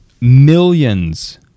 millions